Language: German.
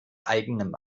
eigenem